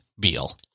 Beal